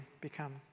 become